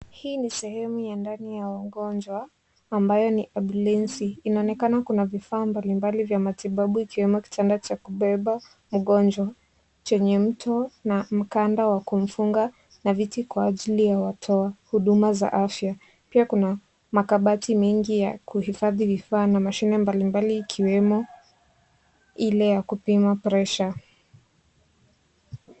Hii ni sehemu ya ndani ya wagonjwa ambayo ni ambulensi. Inaonekana kuna vifaa mbalimbali vya matibabu ikiwemo kitanda cha kubeba mgonjwa chenye mto na mkanda wa kumfunga na viti kwa ajili ya watoa huduma za afya. Pia kuna makabati mengi ya kuhifadhi vifaa na mashine mbalimbali ikiwemo ile ya kupima presha.